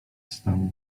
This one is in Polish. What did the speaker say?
stało